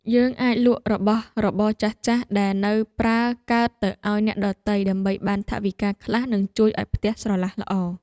យើងអាចលក់របស់របរចាស់ៗដែលនៅប្រើកើតទៅឱ្យអ្នកដទៃដើម្បីបានថវិកាខ្លះនិងជួយឱ្យផ្ទះស្រឡះល្អ។